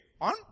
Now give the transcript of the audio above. on